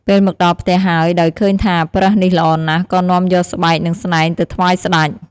ពេលមកដល់ផ្ទះហើយ ដោយឃើញថាប្រើសនេះល្អណាស់ ក៏នាំយកស្បែក និងស្នែងទៅថ្វាយស្ដេច។